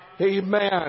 Amen